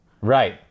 right